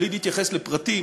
בלי להתייחס לפרטים,